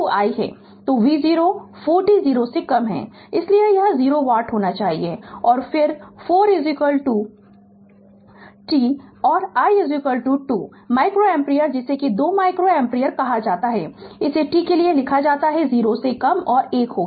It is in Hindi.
तो v 0 4 t 0 से कम है इसलिए यह 0 वाट होना चाहिए और फिर v 4 t और i 2 माइक्रो एम्पीयर जिसे 2 माइक्रो एम्पीयर कहा जाता है इसे t के लिए लिखा जाता है 0 से कम 1 होगा